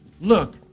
look